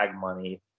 money